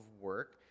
work